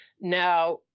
Now